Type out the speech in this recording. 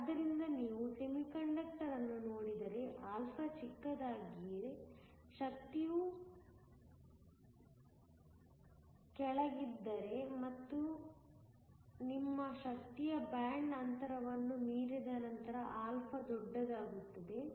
ಆದ್ದರಿಂದ ನೀವು ಸೆಮಿಕಂಡಕ್ಟರ್ ಅನ್ನು ನೋಡಿದರೆ α ಚಿಕ್ಕದಾಗಿದೆ ಶಕ್ತಿಯು ಗಿಂತಗಿಂತ ಕೆಳಗಿದ್ದರೆ ಮತ್ತು ನಿಮ್ಮ ಶಕ್ತಿಯು ಬ್ಯಾಂಡ್ ಅಂತರವನ್ನು ಮೀರಿದ ನಂತರ α ದೊಡ್ಡದಾಗುತ್ತದೆ